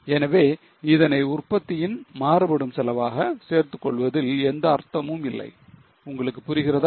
எனவே இதனை உற்பத்தியின் மாறுபடும் செலவாக சேர்த்துக் கொள்வதில் எந்த அர்த்தமும் இல்லை உங்களுக்கு புரிகிறதா